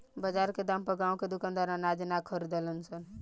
बजार के दाम पर गांव के दुकानदार अनाज ना खरीद सन